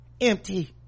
empty